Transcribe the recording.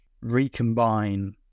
recombine